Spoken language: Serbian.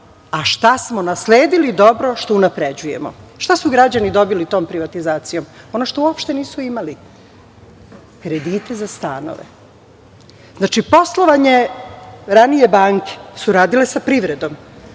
a što smo nasledili dobro što unapređujemo. Šta su građani dobili tom privatizacijom? Ono što uopšte nisu imali, kredite za stanove. Znači, poslovanje ranije banke su radile sa privredom